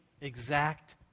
exact